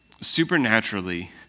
supernaturally